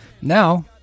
Now